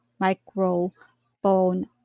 microphone